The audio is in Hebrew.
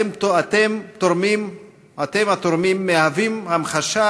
אתם התורמים מהווים המחשה